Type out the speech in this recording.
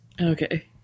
Okay